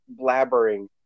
blabbering